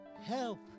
Help